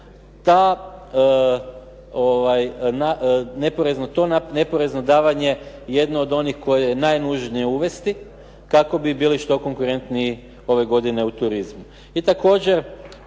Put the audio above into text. to neporezno davanje jedno od onih koje je najnužnije uvesti kako bi bili što konkurentniji ove godine u turizmu.